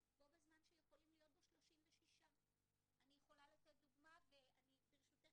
בו בזמן שיכולים להיות בו 36. ברשותך,